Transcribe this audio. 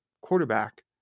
quarterback